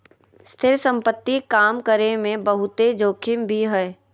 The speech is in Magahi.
स्थिर संपत्ति काम करे मे बहुते जोखिम भी हय